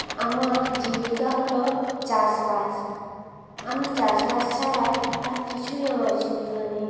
আমার জীবিকা হলো চাষবাস আমি চাষবাস ছাড়া আর কিছুই আমার জীবিকা নেই